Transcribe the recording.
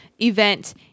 event